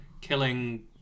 killing